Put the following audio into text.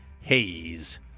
Haze